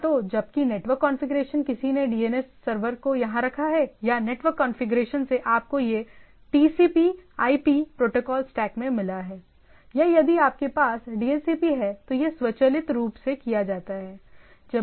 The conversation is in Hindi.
या तो जबकि नेटवर्क कॉन्फ़िगरेशन किसी ने डीएनएस सर्वर को यहां रखा है या नेटवर्क कॉन्फ़िगरेशन से आपको यह टीसीपीआईपी TCPIP प्रोटोकॉल स्टैक में मिला है या यदि आपके पास डीएचसीपी है तो यह स्वचालित रूप से किया जाता है